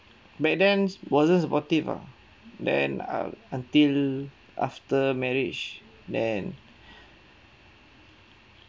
back then wasn't supportive ah then um until after marriage then